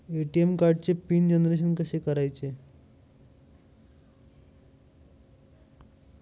ATM कार्डचे pin generation कसे करायचे?